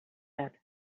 said